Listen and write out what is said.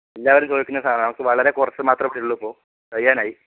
എല്ലാവരും ചോദിക്കണ സാധനമാണ് അത് വളരെ കുറച്ച് മാത്രേ കിട്ടുന്നുള്ളൂ ഇപ്പോൾ കഴിയാനായി